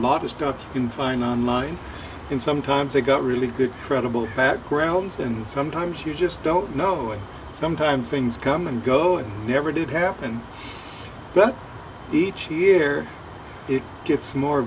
can find on line and sometimes they got really good credible backgrounds and sometimes you just don't know sometimes things come and go and never did happen but each year it gets more